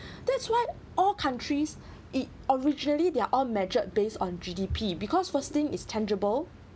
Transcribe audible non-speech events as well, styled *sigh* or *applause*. *breath* that's why all countries *breath* it originally they're all measured based on G_D_P because first thing is tangible